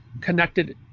connected